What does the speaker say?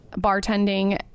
bartending